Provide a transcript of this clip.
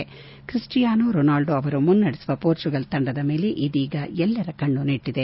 Cristiano Ronaldo ಅವರು ಮುನ್ನಡೆಸುವ Portugal ತಂಡದ ಮೇಲೆ ಇದೀಗ ಎಲ್ಲರ ಕಣ್ನು ನೆಟ್ಟದೆ